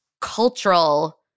cultural